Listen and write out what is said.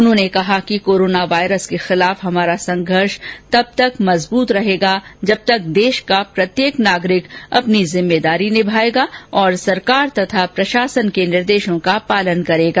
उन्होंने कहा कि कोरोना वायरस के खिलाफ हमारा संघर्ष तब तक मजबूत रहेगा जब तक देश का प्रत्येक नागरिक अपनी जिम्मेदारी निभायेगा और सरकार तथा प्रशासन के निर्देशों का पालन करेगा